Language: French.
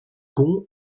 gonds